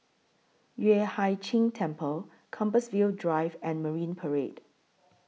Yueh Hai Ching Temple Compassvale Drive and Marine Parade